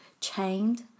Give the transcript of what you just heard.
chained